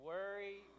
Worry